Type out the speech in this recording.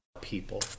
people